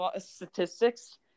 statistics